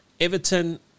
Everton